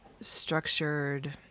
structured